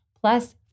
plus